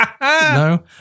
no